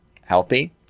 Healthy